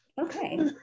Okay